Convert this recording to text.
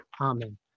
Amen